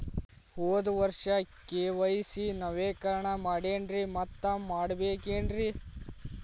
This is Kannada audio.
ಹೋದ ವರ್ಷ ಕೆ.ವೈ.ಸಿ ನವೇಕರಣ ಮಾಡೇನ್ರಿ ಮತ್ತ ಮಾಡ್ಬೇಕೇನ್ರಿ?